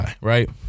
right